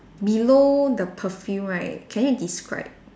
below the perfume right can you describe